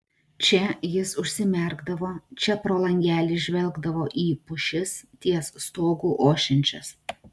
čia jis užsimerkdavo čia pro langelį žvelgdavo į pušis ties stogu ošiančias